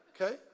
Okay